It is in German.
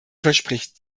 verspricht